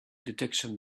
detection